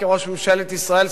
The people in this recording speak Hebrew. כראש ממשלת ישראל,